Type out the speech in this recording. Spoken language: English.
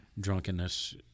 drunkenness